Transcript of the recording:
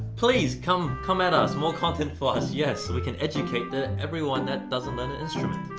please, come come at us. more content for us. yes, we can educate the. everyone that doesn't learn an instrument.